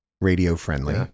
radio-friendly